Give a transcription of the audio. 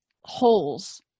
holes